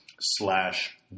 slash